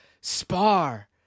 spar